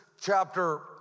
chapter